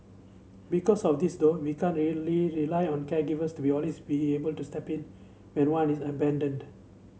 because of this though we can't really rely on caregivers to be always be able to step in when one is abandoned